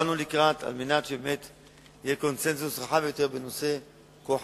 באנו לקראת על מנת שבאמת יהיה קונסנזוס רחב יותר בנושא כה חשוב.